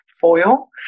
foil